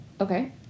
okay